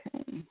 Okay